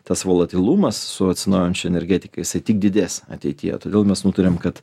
tas volutilumas su atsinaujinančia energetika jisai tik didės ateityje todėl mes nutarėm kad